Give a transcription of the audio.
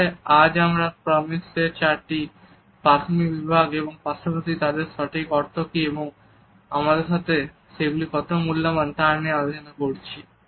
তাহলে আজ আমরা প্রক্সেমিকস এর চারটি প্রাথমিক বিভাগ ও পাশাপাশি তাদের সঠিক অর্থ কী এবং আমাদের কাছে সেগুলি কত মূল্যবান তা নিয়ে আলোচনা করেছি